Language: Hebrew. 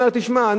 הוא אומר: תשמע,